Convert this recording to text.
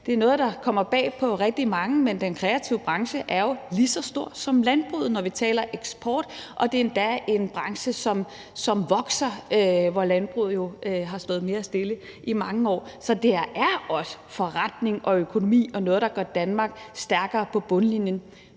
Det er noget, der kommer bag på rigtig mange, men den kreative branche er jo lige så stor som landbruget, når vi taler om eksport, og det er endda en branche, som vokser, mens landbruget har stået mere stille i mange år. Så det er også forretning og økonomi og noget, der gør Danmark stærkere på bundlinjen,